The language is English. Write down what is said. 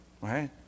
right